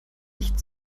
nicht